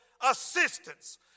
assistance